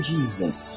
Jesus